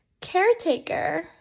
caretaker